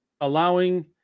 allowing